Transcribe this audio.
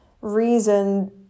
reason